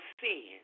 sin